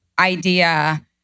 idea